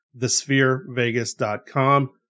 thespherevegas.com